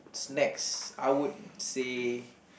snacks I would say